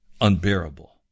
unbearable